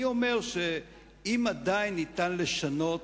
אני אומר שאם עדיין ניתן לשנות,